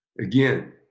again